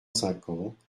cinquante